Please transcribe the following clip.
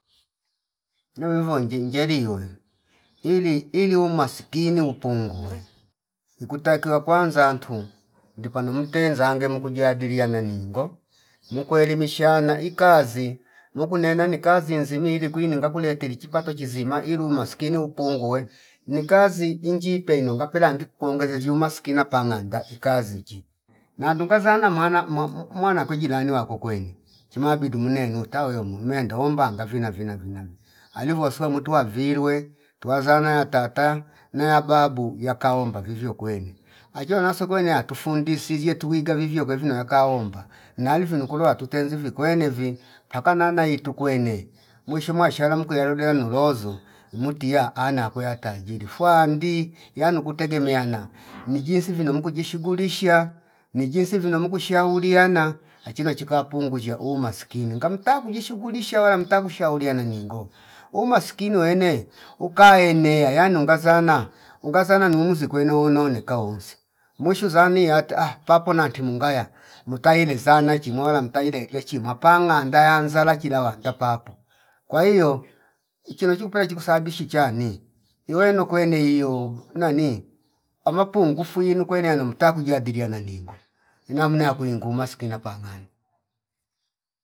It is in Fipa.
Nevivo ndenjeli iyoyu ili- iliu umaskinu upungue ni kutakiwa kwanza ntu ndipanu mte zange mkujidalia neningo mukwe elimishana ikazi mukunena ni kazi inzinyi ili kwini ngakule eteri chipa pache zima ilu umaskini upunguwe ni kazi injipeno ngapela ndik kulonge ziu umaskina pananganda kazichi na ndunga zana mwana mwa- mwana kwe jilani wako kweni chumaa bidu mnenota weomo mendoombanga vina vina vina alivyo wafua mutwa virwe ngiwazana yatata naya babu yakaomba vivyo kwene ajio naso kwene atufundishilie tuwiga vivyo kwevino yakaomba nalivino kuluwa watutezi vikwene vi paka nana itu kwene mushi muwa shalamka yalune noluzu imutiya ana kweya tajiri fwandi yanu kutegemeana mijinsi vino mkujishugulisha ni vino jinsi vino muku shauriana achilo chika pungusha umaskini ngamta kujishugulisha ola mta kushauriana ningo umaskini waene ukaenea yanunga sana unga sana numu zikwee noono nika uzi mushu zami ataha papo nanti mungaya mutayilizana chimola mtairerei chimwa kanganda yanzala chila wanda papo kwa hio chiloch kupele chikusambishi chani iweno kweneio unani ama pungufu winu kwene ano mta kujadiliana ningo inamna ya kuingu umaskina panganda